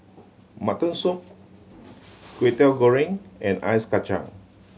mutton soup Kway Teow Goreng and Ice Kachang